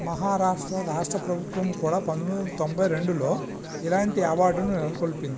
మహారాష్ట్ర రాష్ట్ర ప్రభుత్వం కూడా పంతొమ్మిదొందల తొంబై రెండులో ఇలాంటి అవార్డును నెలకొల్పింది